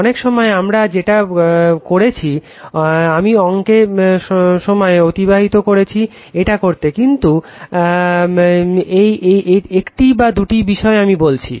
অনেক সময় আমি যেটা করেছি আমি অঙ্কে সময় অতিবাহিত করেছি এটা করতে কিন্তু একটি বা দুটি বিষয় আমি বলছি